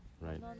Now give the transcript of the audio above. Right